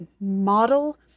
model